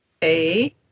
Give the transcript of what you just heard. Hey